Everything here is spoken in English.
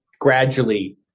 gradually